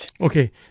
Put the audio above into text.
Okay